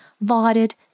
lauded